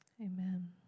Amen